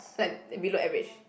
like below average